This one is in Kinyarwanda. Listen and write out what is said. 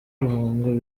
ruhango